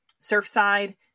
Surfside